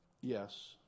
Yes